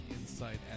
insight